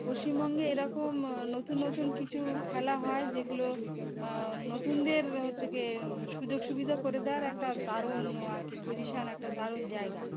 পশ্চিমবঙ্গে এরকম নতুন নতুন কিছু খেলা হয় যেগুলো নতুনদের হচ্ছে কি সুযোগ সুবিধা করে দেওয়ার একটা দারুণ আর কি পজিশন একটা দারুণ জায়গা